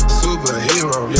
superhero